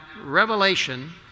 Revelation